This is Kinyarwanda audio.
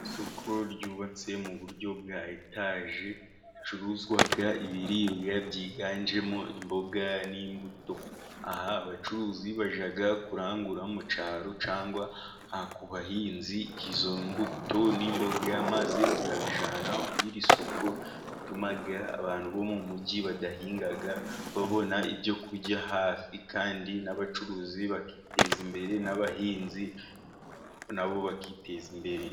Isoko ryubatse mu buryo bwa etaje, hacuruzwa ibiribwa byiganjemo imboga n'imbuto, aha abacuruzi bajya kurangura mu cyaro cyangwa ku bahinzi izo mbuto n'imboga, maze bakabijyana kuri iri soko bituma abantu bo mugi badahinga babona ibyo kurya hafi, kandi n'abacuruzi bakiteza imbere n'abahinzi na bo bakiteza imbere.